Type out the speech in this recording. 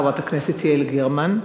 חברת הכנסת יעל גרמן,